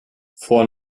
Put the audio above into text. vor